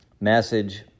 message